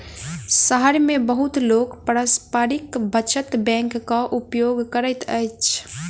शहर मे बहुत लोक पारस्परिक बचत बैंकक उपयोग करैत अछि